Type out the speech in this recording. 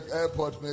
airport